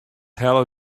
helle